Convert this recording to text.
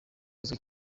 izwi